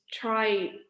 try